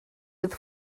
with